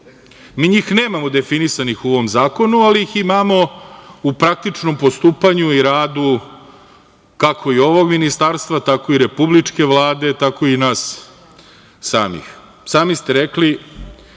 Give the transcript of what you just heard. Mi njih nemamo definisanih u ovom zakonu, ali ih imamo u praktičnom postupanju i radu, kako i ovog ministarstva, tako i Republičke vlade, tako i nas samih. Sami ste rekli